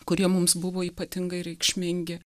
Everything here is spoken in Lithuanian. kurie mums buvo ypatingai reikšmingi